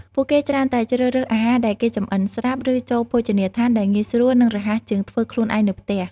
ពួកគេច្រើនតែជ្រើសរើសអាហារដែលគេចម្អិនស្រាប់ ឬចូលភោជនីដ្ឋានដែលងាយស្រួល និងរហ័សជាងធ្វើខ្លួនឯងនៅផ្ទះ។